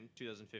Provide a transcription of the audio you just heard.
2015